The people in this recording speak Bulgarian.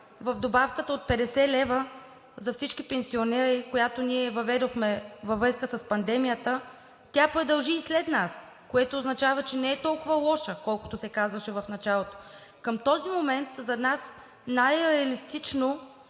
за добавката от 50 лв. за всички пенсионери, която ние въведохме във връзка с пандемията. Тя продължи и след нас, което означава, че не е толкова лоша, колкото се казваше в началото. Към този момент за нас най-реалистично